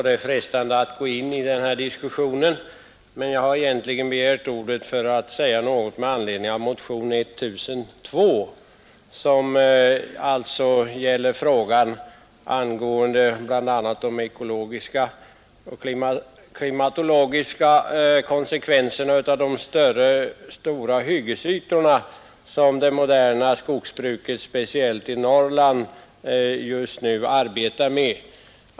Det är frestande att deltaga i denna diskussion, men jag har egentligen begärt ordet för att säga något med anledning av motionen 1002, som alltså gäller frågan om de ekologiska och klimatologiska konsekvenserna av de stora hyggesytor som det moderna skogsbruket, speciellt i Norrland, just nu arbetar med.